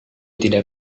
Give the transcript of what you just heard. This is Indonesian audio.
tidak